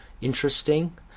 interesting